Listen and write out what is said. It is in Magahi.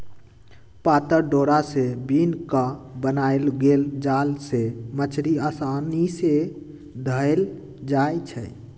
पातर डोरा से बिन क बनाएल गेल जाल से मछड़ी असानी से धएल जाइ छै